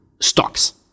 Stocks